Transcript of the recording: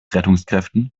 rettungskräften